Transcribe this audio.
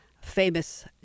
Famous